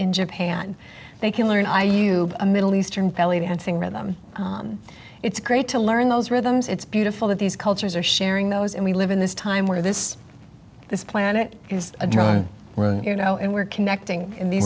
in japan they can learn i you a middle eastern belly dancing rhythm it's great to learn those rhythms it's beautiful that these cultures are sharing those and we live in this time where this this planet is a drug you know and we're connecting in these